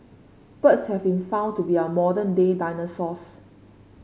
birds have been found to be our modern day dinosaurs